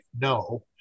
no